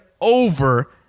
over